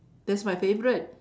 that's my favourite